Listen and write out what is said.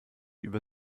über